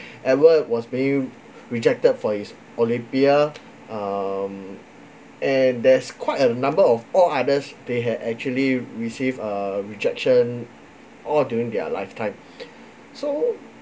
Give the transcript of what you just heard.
edward was being rejected for his olympia um and there's quite a number of all others they had actually receive uh rejection all during their lifetime so